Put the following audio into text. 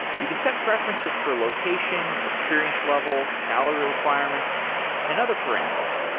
you can set preferences for location, experience level, salary requirements and other parameters,